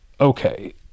okay